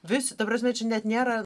visi ta prasme čia net nėra